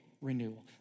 renewal